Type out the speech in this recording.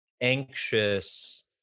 anxious